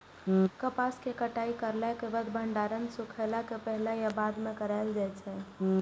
कपास के कटाई करला के बाद भंडारण सुखेला के पहले या बाद में कायल जाय छै?